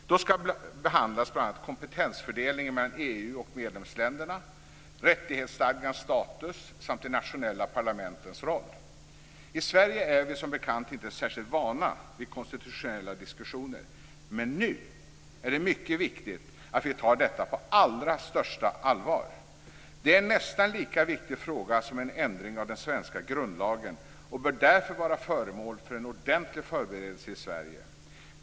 Då ska bl.a. kompetensfördelningen mellan EU och medlemsländerna, rättighetsstadgans status samt de nationella parlamentens roll behandlas. I Sverige är vi, som bekant, inte särskilt vana vid konstitutionella diskussioner, men nu är det mycket viktigt att vi tar detta på allra största allvar. Det är en nästan lika viktig fråga som en ändring av den svenska grundlagen och bör därför vara föremål för en ordentlig förberedelse i Sverige.